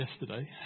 yesterday